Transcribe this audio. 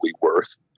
worth